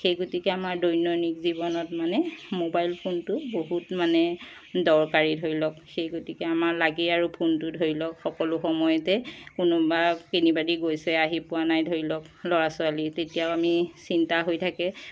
সেই গতিকে আমাৰ দৈনন্দিন জীৱনত মানে মোবাইল ফোনটো বহুত মানে দৰকাৰী ধৰি লওক সেই গতিকে আমাৰ লাগেই আৰু ফোনটো ধৰি লওক সকলো সময়তে কোনোবা কেনিবাদি গৈছে আহি পোৱা নাই ধৰি লওক ল'ৰা ছোৱালী তেতিয়াও আমি চিন্তা হৈ থাকে